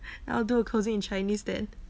I'll do a cosy in chinese did